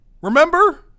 Remember